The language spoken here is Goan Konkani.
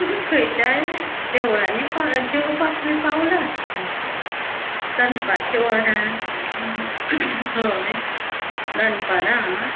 तुमी खंयच्याय देवळांनी पा जेवपाक बी पावला आसतलीं दनपारच्या वरां थंय दनपारां